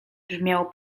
brzmiało